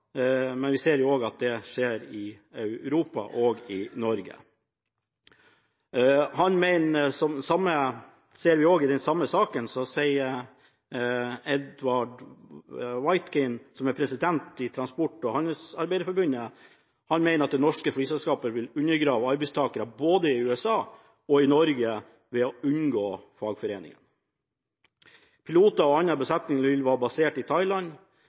Norge. I den samme saken sier Edward Wytkind, som er president i transport- og handelsarbeidforbundet, at han mener «det norske flyselskapet vil undergrave arbeidstakere både i USA og Norge ved å unngå fagforeninger. – Piloter og annen besetning vil være basert i